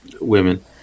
women